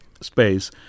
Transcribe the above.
space